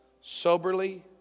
Soberly